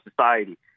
society